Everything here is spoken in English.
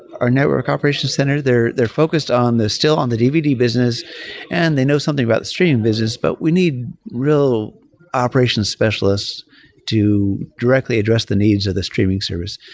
our network operations center, they're they're focused on they're still on the dvd business and they know something about streaming business, but we need real operations specialists to directly address the needs of the streaming service.